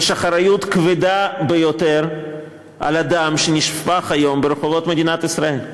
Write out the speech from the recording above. יש אחריות כבדה ביותר לדם שנשפך היום ברחובות מדינת ישראל.